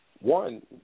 One